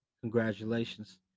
congratulations